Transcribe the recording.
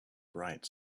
bright